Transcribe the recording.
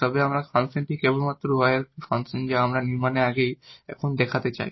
তবে এই ফাংশনটি কেবল y এর একটি ফাংশন যা আমরা নির্মাণের আগে এখন দেখাতে চাই